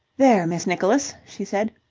there, miss nicholas! she said.